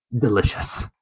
delicious